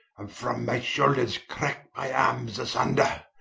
and from my shoulders crack my armes asunder,